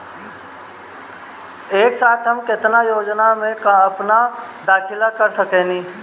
एक साथ हम केतना योजनाओ में अपना दाखिला कर सकेनी?